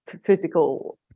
physical